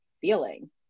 feeling